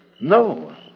No